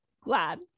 glad